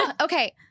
Okay